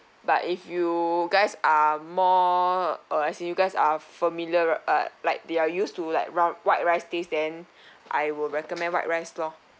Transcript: but if you guys are more uh I see you guys are familiar uh like they are used to like round white rice taste then I will recommend white rice lor